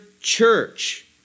church